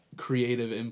creative